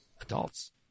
adults